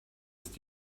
ist